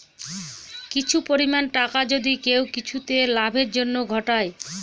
কিছু পরিমাণ টাকা যদি কেউ কিছুতে লাভের জন্য ঘটায়